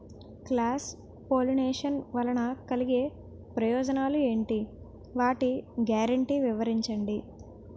Cross pollination వలన కలిగే ప్రయోజనాలు ఎంటి? వాటి గ్యారంటీ వివరించండి?